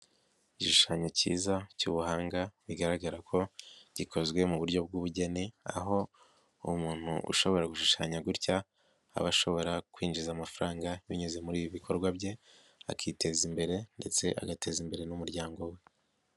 lgishushanyo cyiza cy'ubuhanga bigaragara ko gikozwe mu buryo bw'ubugeni, aho umuntu ushobora gushushanya gutya aba ashobora kwinjiza amafaranga, binyuze muri ibi bikorwa bye akiteza imbere ndetse agateza imbere n'umuryango we.